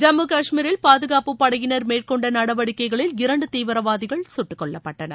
ஜம்மு கஷ்மீரில் பாதுகாப்பு படையினர் மேற்கொண்ட நடவடிக்கைகளில் இரண்டு தீவிரவாதிகள் சுட்டுக் கொல்லப்பட்டனர்